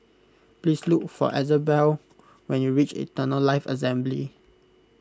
please look for Isabelle when you reach Eternal Life Assembly